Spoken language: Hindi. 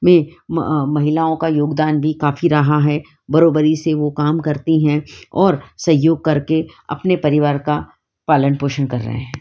में म महिलाओं का योगदान भी काफ़ी रहा है बरोबरी से वह काम करती हैं और सहयोग करके अपने परिवार का पालन पोषण कर रहे हैं